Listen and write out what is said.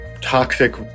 toxic